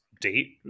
date